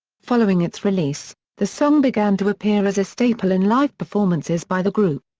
following its release, the song began to appear as a staple in live performances by the group.